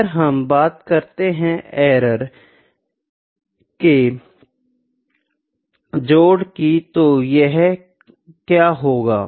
अगर हम बात करते है एरर के जोड़ की तो यह क्या होगा